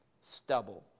stubble